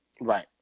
Right